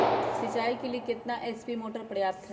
सिंचाई के लिए कितना एच.पी मोटर पर्याप्त है?